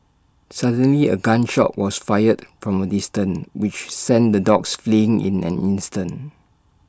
suddenly A gun shot was fired from A distance which sent the dogs fleeing in an instant